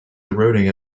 eroding